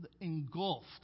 engulfed